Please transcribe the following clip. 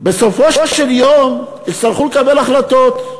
בסופו של דבר יצטרכו לקבל החלטות,